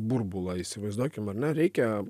burbulą įsivaizduokim ar ne reikia